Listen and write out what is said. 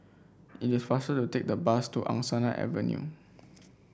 it is faster to take the bus to Angsana Avenue